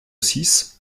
six